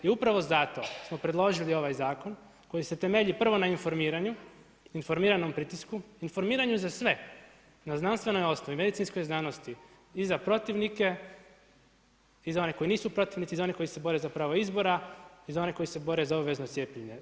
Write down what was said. I upravo zato smo predložili ovaj zakon koji se temelji prvo na informiranju, informiranom pritisku, informiranju za sve na znanstvenoj osnovi, medicinskoj znanosti i za protivnike i za one koji nisu protivnici i za one koji se bore za pravo izbora i za one koji se bore za obvezno cijepljenje.